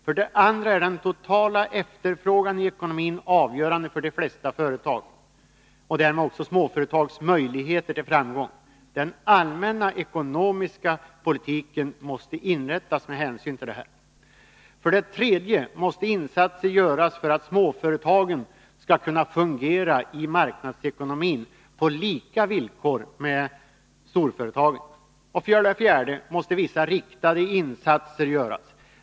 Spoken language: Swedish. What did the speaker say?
För det andra är den totala efterfrågan i ekonomin avgörande för de flesta företags — och därmed också småföretags — möjligheter till framgång. Den allmänna ekonomiska politiken måste inrättas med hänsyn till detta. För det tredje måste insatser göras för att småföretagen skall kunna fungera i marknadsekonomin på lika villkor med storföretagen. För det fjärde måste vissa riktade insatser göras.